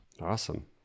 Awesome